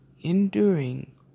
enduring